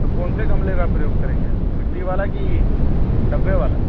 और कौन से गमले का प्रयोग करेंगे आप मिट्टी वाला कि डब्बे वाला